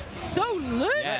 so lit.